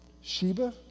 Sheba